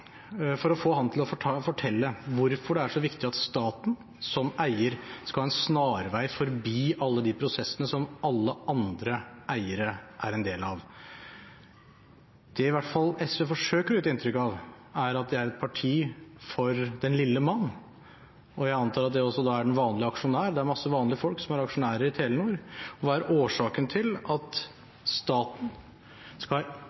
for å få ham til å fortelle hvorfor det er så viktig at staten som eier skal ha en snarvei forbi alle de prosessene som alle andre eiere er en del av. Det i hvert fall SV forsøker å gi et inntrykk av, er at det er et parti for den lille mann. Jeg antar at det da også er den vanlige aksjonær. Det er masse folk som er aksjonærer i Telenor. Hva er årsaken til at staten skal ha